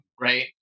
right